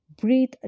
breathe